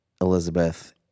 Elizabeth